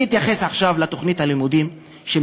אני אתייחס עכשיו לתוכנית הלימודים באזרחות